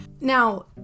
Now